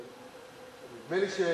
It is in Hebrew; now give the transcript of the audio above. נדמה לי,